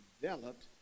developed